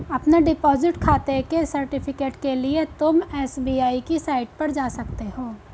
अपने डिपॉजिट खाते के सर्टिफिकेट के लिए तुम एस.बी.आई की साईट पर जा सकते हो